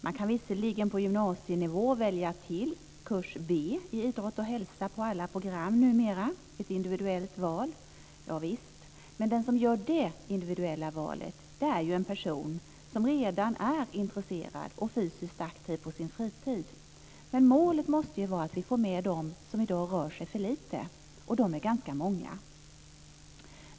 Man kan visserligen på gymnasienivå välja till kurs B i idrott och hälsa på alla program numera, ett individuellt val. Javisst, men den som gör det individuella valet är ju en person som redan är intresserad och fysiskt aktiv på sin fritid. Målet måste vara att få med dem som i dag rör sig för lite, och de är ganska många.